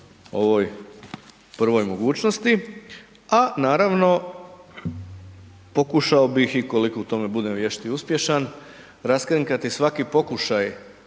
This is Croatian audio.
ovoj prvoj mogućnosti, a naravno pokušao bih i koliko u tome budem vješt i uspješan, raskrinkati svaki pokušaj